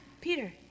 Peter